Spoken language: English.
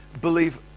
believe